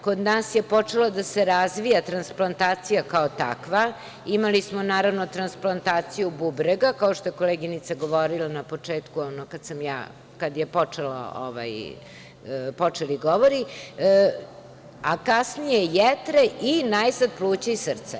Kod nas je počela da se razvija transplantacija kao takva, imali smo transplantaciju bubrega, kao što je koleginica govorila na početku, kad su počeli govori, a kasnije jetre i najzad pluća i srca.